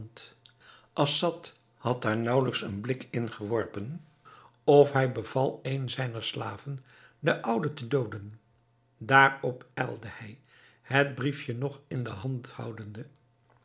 assad had daar naauwelijks een blik in geworpen of hij beval een zijner slaven de oude te dooden daarop ijlde hij het briefje nog in de hand houdende